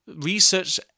research